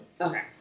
okay